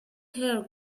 her